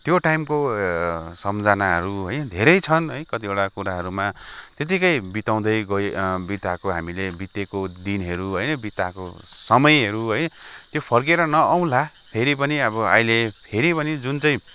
त्यो टाइमको सम्झनाहरू है धेरै छन् है कतिवटा कुराहरूमा त्यतिकै बिताउँदै गए बिताएको हामीले बितेको दिनहरू है बिताएको समयहरू है त्यो फर्केर नआउला फेरि पनि अब आइले फेरि पनि जुन चाहिँ